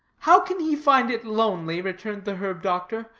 how can he find it lonely, returned the herb-doctor,